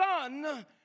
Son